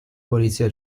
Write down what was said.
polizia